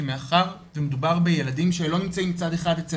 כי מאחר שמדובר בילדים שלא נמצאים מצד אחד אצל